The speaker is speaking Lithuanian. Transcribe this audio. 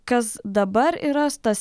kas dabar yra tas